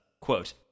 Quote